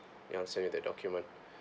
ya I want send you that document